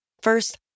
First